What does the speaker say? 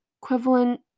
equivalent